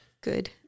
good